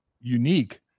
unique